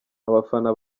abafana